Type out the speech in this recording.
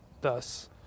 thus